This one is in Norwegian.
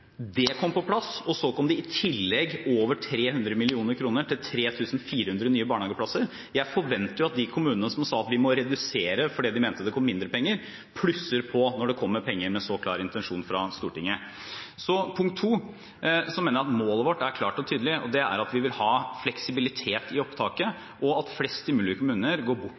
Det kom på plass, og så kom det i tillegg over 300 mill. kr til 3 400 nye barnehageplasser. Jeg forventer jo at de kommunene som sa at de må redusere fordi de mente det kom mindre penger, plusser på når det kommer penger med så klar intensjon fra Stortinget. Så punkt to: Jeg mener at målet vårt er klart og tydelig, og det er at vi vil ha fleksibilitet i opptaket, og at flest mulig kommuner går bort